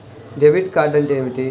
Debit card అంటే ఏమిటి?